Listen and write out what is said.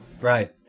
Right